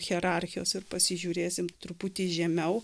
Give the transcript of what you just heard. hierarchijos ir pasižiūrėsim truputį žemiau